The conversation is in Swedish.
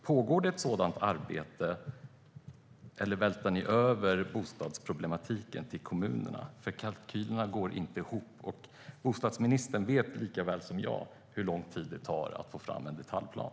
Pågår det ett sådant arbete, eller vältrar ni över bostadsproblematiken på kommunerna? Kalkylerna går nämligen inte ihop, och bostadsministern vet lika väl som jag hur lång tid det tar att få fram en detaljplan.